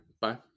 Bye